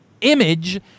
image